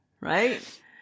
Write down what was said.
Right